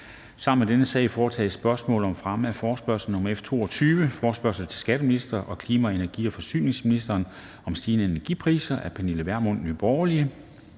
Sammen med dette punkt foretages: 2) Spørgsmål om fremme af forespørgsel nr. F 22: Forespørgsel til skatteministeren og klima-, energi- og forsyningsministeren om stigende energipriser. Af Pernille Vermund (NB) m.fl.